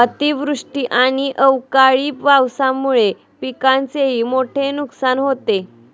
अतिवृष्टी आणि अवकाळी पावसामुळे पिकांचेही मोठे नुकसान होते